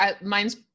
mine's